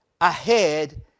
ahead